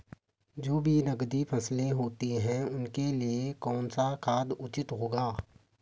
जो भी नकदी फसलें होती हैं उनके लिए कौन सा खाद उचित होगा?